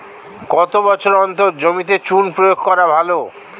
কত বছর অন্তর জমিতে চুন প্রয়োগ করা ভালো?